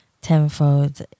tenfold